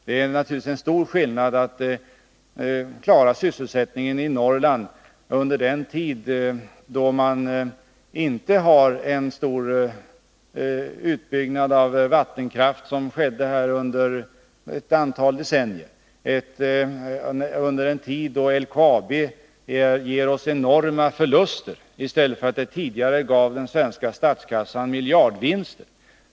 Det är naturligtvis en stor skillnad att klara sysselsättningen i Norrland nu, i en tid då det inte görs en stor utbyggnad av vattenkraften som tidigare skett under ett antal decennier och i en tid då LKAB ger oss enorma förluster i stället för att som tidigare ge den svenska statskassan miljardvinster.